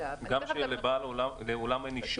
גם כשלבעל האולם אין אישור?